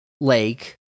Lake